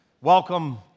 welcome